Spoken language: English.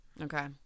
Okay